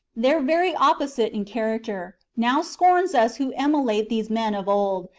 their very opposite in character, now scorns us who emulate these men of old,